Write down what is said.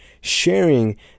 sharing